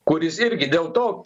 kuris irgi dėl to